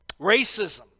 Racism